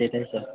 সেটাই স্যার